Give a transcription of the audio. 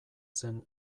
zen